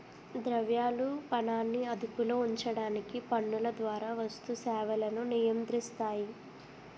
ద్రవ్యాలు పనాన్ని అదుపులో ఉంచడానికి పన్నుల ద్వారా వస్తు సేవలను నియంత్రిస్తాయి